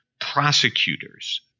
prosecutors